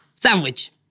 Sandwich